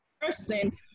person